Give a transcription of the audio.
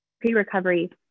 pre-recovery